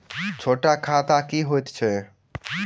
छोट खाता की होइत अछि